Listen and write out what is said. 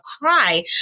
cry